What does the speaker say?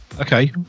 Okay